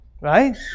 right